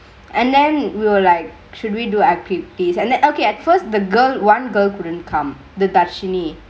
and then we will like should we do activities and that okay at first the girl one girl couldn't come the duchy need